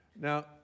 Now